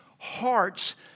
hearts